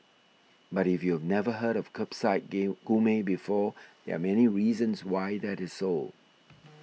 but if you've never heard of Kerbside Gourmet before there are many reasons why that is so